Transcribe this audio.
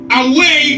away